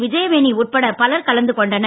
விஜயவேணி உட்பட பலர் கலந்து கொண்டனர்